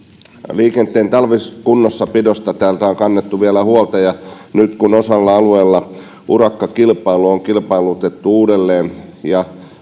liikenteen talvikunnossapidosta täällä on kannettu vielä huolta ja nyt kun osalla alueista urakkakilpailu on kilpailutettu uudelleen ja